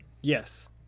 Yes